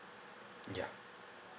ya